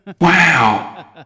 Wow